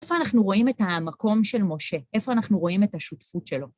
איפה אנחנו רואים את המקום של משה? איפה אנחנו רואים את השותפות שלו?